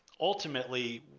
ultimately